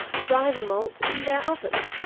dry the malt in their oven!